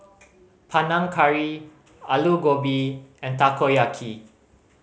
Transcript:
Panang Curry Alu Gobi and Takoyaki